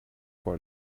for